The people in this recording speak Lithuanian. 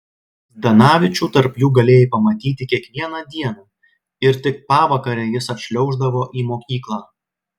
zdanavičių tarp jų galėjai pamatyti kiekvieną dieną ir tik pavakare jis atšliauždavo į mokyklą